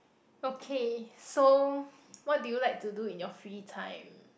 okay so what do you like to do in your free time